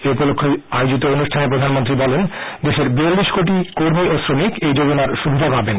এই উপলক্ষে আয়োজিত অনুষ্ঠানে প্রধানমন্ত্রী বলেন দেশের বিয়াল্লিশ কোটি কর্মী ও শ্রমিক এই যোজনার সুবিধা পাবেন